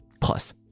Plus